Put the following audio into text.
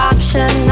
Option